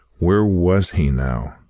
where was he now?